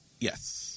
yes